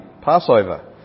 Passover